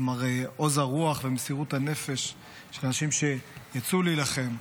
כלומר עוז הרוח ומסירות הנפש של אנשים שיצאו להילחם,